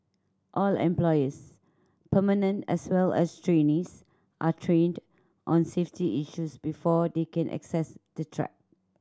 all employees permanent as well as trainees are trained on safety issues before they can access the track